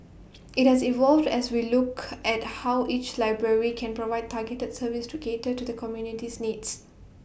IT has evolved as we look at how each library can provide targeted services to cater to the community's needs